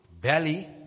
belly